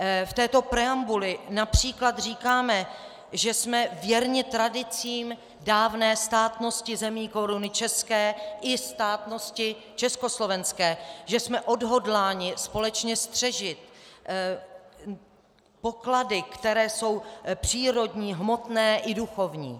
V této preambuli například říkáme, že jsme věrni tradicím dávné státnosti zemí Koruny české i státnosti československé, že jsme odhodláni společně střežit poklady, které jsou přírodní, hmotné i duchovní.